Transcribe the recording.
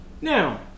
Now